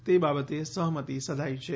તે બાબતે સહમતી સધાઈ છે